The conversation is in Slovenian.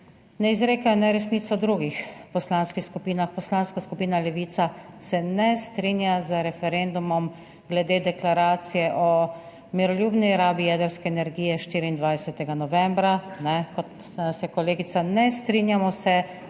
ne izrekajo neresnic v drugih poslanskih skupinah. Poslanska skupina Levica se ne strinja z referendumom glede deklaracije o miroljubni rabi jedrske energije 24. novembra, kot se kolegica, ne strinjamo se